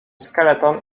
skeleton